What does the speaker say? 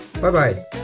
Bye-bye